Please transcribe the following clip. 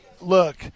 look